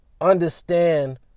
understand